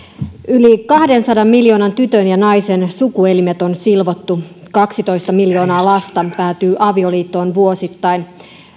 yli kahdensadan miljoonan tytön ja naisen sukuelimet on silvottu kaksitoista miljoonaa lasta päätyy avioliittoon vuosittain